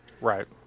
right